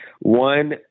One